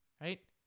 right